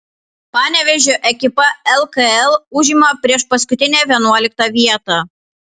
panevėžio ekipa lkl užima priešpaskutinę vienuoliktą vietą